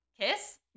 Kiss